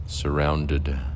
surrounded